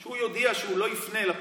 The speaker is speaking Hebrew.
שהוא יודיע שהוא לא יפנה אל הפרקליט,